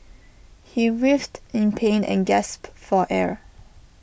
he writhed in pain and gasped for air